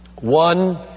One